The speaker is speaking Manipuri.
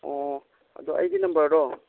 ꯑꯣ ꯑꯗꯣ ꯑꯩꯒꯤ ꯅꯝꯕꯔꯗꯣ